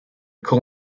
call